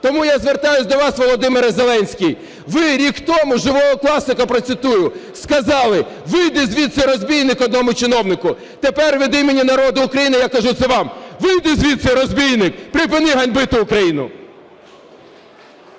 Тому я звертаюся до вас, Володимире Зеленський. Ви рік тому (живого класика процитую) сказали "вийди звідси, розбійник" одному чиновнику. Тепер від імені народу України я кажу це вам: вийди звідси, розбійник, припини ганьбити Україну.